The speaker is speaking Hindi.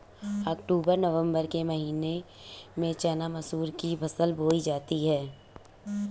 अक्टूबर नवम्बर के महीना में चना मसूर की फसल बोई जाती है?